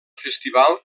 festival